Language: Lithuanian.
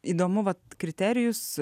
įdomu vat kriterijus